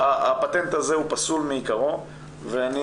לכן הפטנט הזה הוא פסול מעיקרו ואני